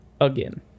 again